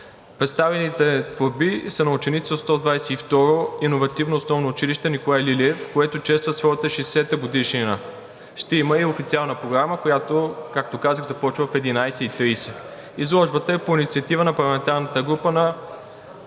Представените творби са на ученици от 122 иновативно основно училище „Николай Лилиев“, което чества своята 60-а годишнина. Ще има и официална програма, която, както казах, започва в 11,30 ч. Изложбата е по инициатива на парламентарната група на